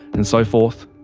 and so forth.